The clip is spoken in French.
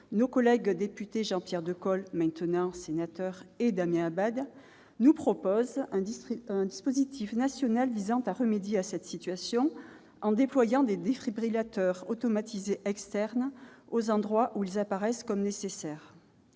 nos collègues députés Damien Abad et Jean-Pierre Decool, ce dernier étant aujourd'hui sénateur, nous proposent un dispositif national visant à remédier à cette situation en déployant des défibrillateurs automatisés externes aux endroits où ils apparaissent comme nécessaires.